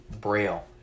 braille